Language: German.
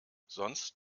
sonst